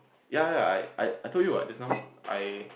yea yea I I I told you what just now I